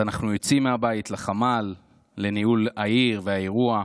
אנחנו יוצאים מהבית לחמ"ל לניהול העיר והאירוע.